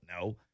no